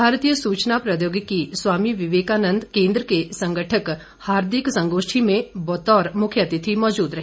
अखिल भारतीय सूचना प्रौद्योगिकी स्वामी विवेकानंद केंद्र के संगठक हार्दिक संगोष्ठी में बतौर मुख्य अतिथि मौजूद रहे